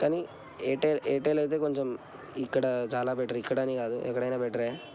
కానీ Airtel Airtel అయితే కొంచం ఇక్కడ కొంచెం చాలా బెటర్ ఇక్కడ అని కాదు ఎక్కడైనా బెటరే